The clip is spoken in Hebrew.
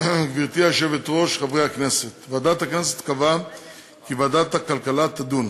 הצעת החוק תועבר